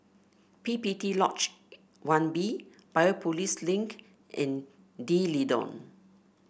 P P T Lodge One B Biopolis Link and D'Leedon